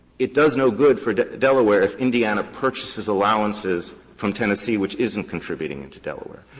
it does no good for delaware if indiana purchases allowances from tennessee, which isn't contributing and to delaware.